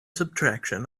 subtraction